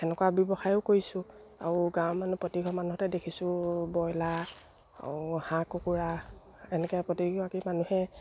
সেনেকুৱা ব্যৱসায়ো কৰিছোঁ আৰু গাঁৱৰ মানুহ প্ৰতিঘৰ মানুহতে দেখিছোঁ ব্ৰইলাৰ আৰু হাঁহ কুকুৰা এনেকে প্ৰতিগৰাকী মানুহে